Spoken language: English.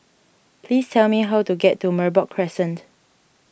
please tell me how to get to Merbok Crescent